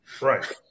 Right